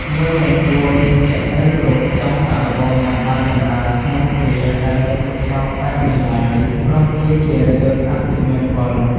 យើងមិនគួរមានចិត្តរឹងរូសចង់សាកល្បងញ៉ាំបាយដំណើបក្នុងគ្រាដែលមានទុក្ខសោកបែបនេះឡើយ ព្រោះវាជារឿងអពមង្គល។